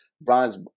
Brian's